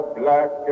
black